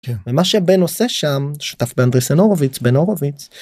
ומה שבן עושה שם, שותף ב״אנדריסן הורוביץ״, בן הורוביץ.